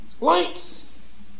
Lights